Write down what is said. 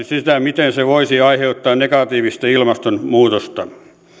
sitä miten se voisi aiheuttaa negatiivista ilmastonmuutosta